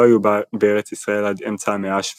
לא היו בארץ ישראל עד אמצע המאה ה-7